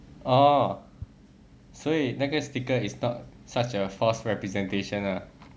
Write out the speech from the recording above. orh 所以那个 sticker is not such a false representation ah